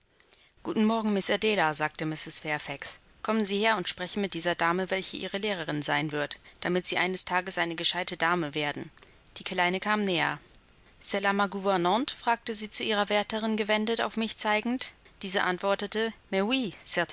guten morgen miß adela sagte mrs fairfax kommen sie her und sprechen sie mit dieser dame welche ihre lehrerin sein wird damit sie eines tages eine gescheite dame werden die kleine kam näher c'est l ma gouvernante fragte sie zu ihrer wärterin gewendet auf mich zeigend diese antwortete